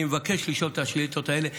אני מבקש לשאול את השאילתות האלה,